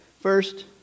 First